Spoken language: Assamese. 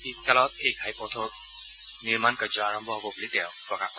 শীতকালত এই ঘাইপথটোৰ নিৰ্মাণকাৰ্য আৰম্ভ হ'ব বুলি তেওঁ প্ৰকাশ কৰে